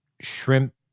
shrimp